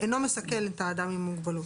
אינו מסכן את האדם עם המוגבלות,